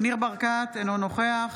ניר ברקת, אינו נוכח